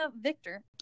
Victor